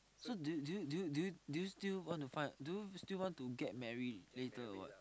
so do you do you do you do you still want to find do you still get married later or what